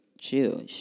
chill